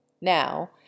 Now